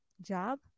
job